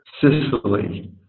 Sicily